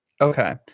Okay